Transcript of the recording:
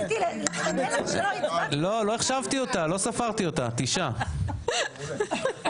לא ספרתי אותה, תשעה.